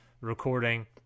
recording